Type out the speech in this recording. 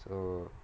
so